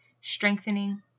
strengthening